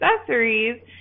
accessories